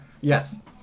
Yes